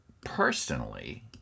personally